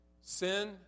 sin